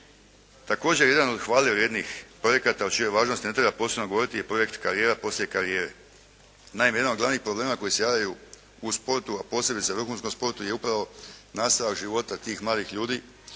Također, jedan od hvale vrijednih projekata o čijoj važnosti ne treba posebno govoriti je projekt “karijera poslije karijere“. Naime, jedan od glavnih problema koji se javljaju u sportu, a posebice u vrhunskom sportu je upravo nastavak života tih mladih ljudi